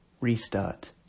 restart